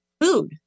food